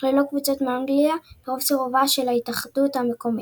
אך ללא קבוצות מאנגליה לאור סירובה של ההתאחדות המקומית.